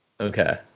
Okay